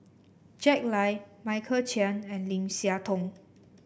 Jack Lai Michael Chiang and Lim Siah Tong